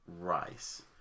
rice